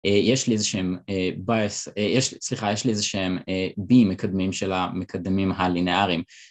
אה, יש לי איזשהם אה... באיאס, אה, יש, סליחה, יש לי איזה שהם אה, בי מקדמים של המקדמים הלינאריים.